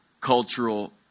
cultural